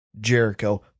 Jericho